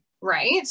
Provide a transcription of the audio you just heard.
right